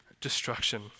destruction